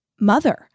mother